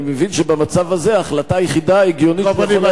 אני מבין שבמצב הזה ההחלטה היחידה ההגיונית שהוא יכול